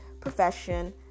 profession